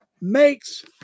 makes